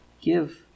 give